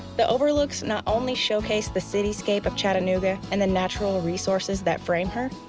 the overlooks not only showcase the cityscape of chattanooga and the natural resources that frame her,